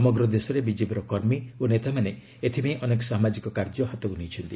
ସମଗ୍ର ଦେଶରେ ବିଜେପିର କର୍ମୀ ଓ ନେତାମାନେ ଏଥିପାଇଁ ଅନେକ ସାମାଜିକ କାର୍ଯ୍ୟ ହାତକୁ ନେଇଛନ୍ତି